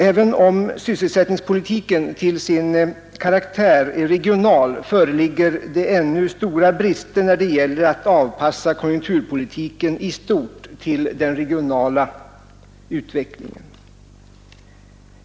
Även om sysselsättningspolitiken till sin karaktär är regional föreligger det ännu stora brister när det gäller att avpassa konjunkturpolitiken i stort till den regionala utvecklingen.